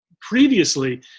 previously